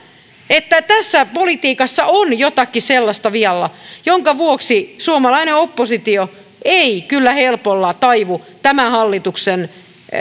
että tässä politiikassa on jotakin sellaista vialla minkä vuoksi suomalainen oppositio ei kyllä helpolla taivu tämän hallituksen